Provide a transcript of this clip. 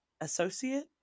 associate